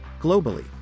Globally